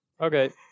Okay